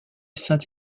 saint